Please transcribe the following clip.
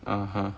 (uh huh)